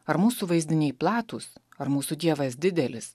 ar mūsų vaizdiniai platūs ar mūsų dievas didelis